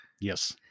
Yes